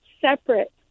separate